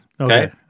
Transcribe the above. Okay